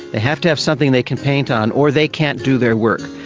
they have to have something they can paint on or they can't do their work.